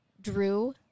Drew